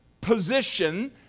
position